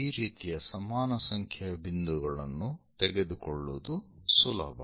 ಈ ರೀತಿಯ ಸಮಾನ ಸಂಖ್ಯೆಯ ಬಿಂದುಗಳನ್ನು ತೆಗೆದುಕೊಳ್ಳುವುದು ಸುಲಭ